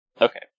Okay